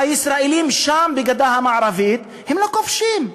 הישראלים שם, בגדה המערבית, הם לא כובשים.